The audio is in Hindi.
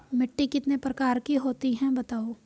मिट्टी कितने प्रकार की होती हैं बताओ?